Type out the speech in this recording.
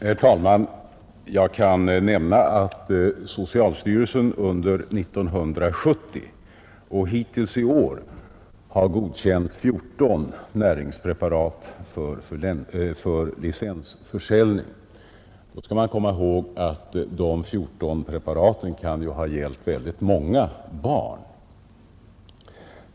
Herr talman! Jag kan nämna att socialstyrelsen under 1970 och hittills i år har godkänt 14 näringspreparat för licensförsäljning. Då skall man komma ihåg att de 14 preparaten kan ha gällt exempelvis många barn.